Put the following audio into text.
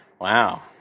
Wow